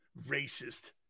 Racist